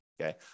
okay